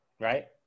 Right